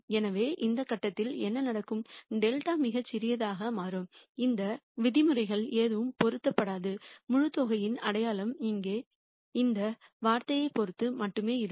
எனவே ஒரு கட்டத்தில் என்ன நடக்கும் δ மிகச் சிறியதாக மாறும் இந்த விதிமுறைகள் எதுவும் பொருட்படுத்தாது முழுத் தொகையின் அடையாளம் இங்கே இந்த வார்த்தையைப் பொறுத்து மட்டுமே இருக்கும்